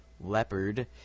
Leopard